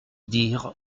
dire